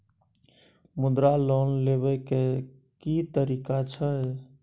मुद्रा लोन लेबै के की तरीका छै?